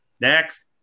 Next